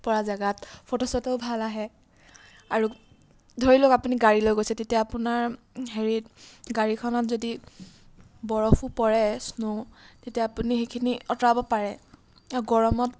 পৰা জাগাত ফটো চটোও ভাল আহে আৰু ধৰি লওক আপুনি গাড়ী লৈ গৈছে তেতিয়া আপোনাৰ হেৰিত গাড়ীখনত যদি বৰফো পৰে স্ন' তেতিয়া আপুনি সেইখিনি আঁতৰাব পাৰে গৰমত